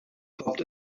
poppt